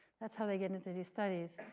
that's how they get into these studies.